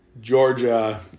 Georgia